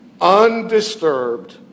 undisturbed